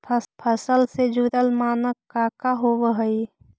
फसल से जुड़ल मानक का का होव हइ?